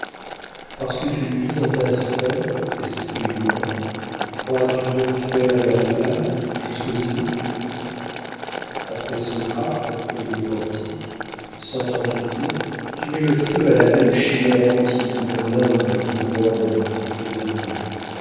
parce que tu luis dans ta sphère esprit humain crois-tu donc faire de la flamme jusqu'au zénith après socrate et le portique sans t'en douter tu mets le feu à la même chimère antique dont l'inde ou rome ont fait un dieu